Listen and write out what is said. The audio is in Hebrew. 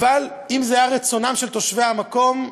אבל אם זה היה רצונם של תושבי המקום,